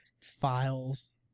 files